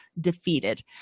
defeated